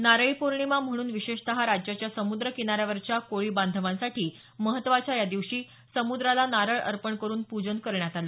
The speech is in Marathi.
नारळी पौर्णिमा म्हणून विशेषत राज्याच्या समुद्र किनाऱ्यावरच्या कोळी बांधवांसाठी महत्वाच्या या दिवशी समुद्राला नारळ अर्पण करुन पुजन करण्यात आलं